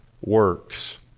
works